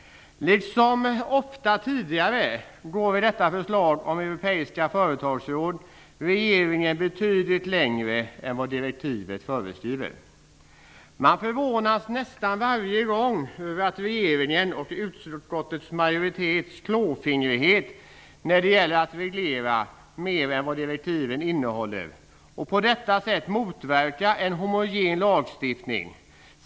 Liksom ofta tidigare går regeringen i detta förslag om europeiska företagsråd betydligt längre än vad direktivet föreskriver. Man förvånas nästan varje gång över regeringens och utskottets majoritets klåfingrighet när det gäller att reglera mer än vad direktiven föreskriver. På det sättet motverkas en homogen lagstiftning.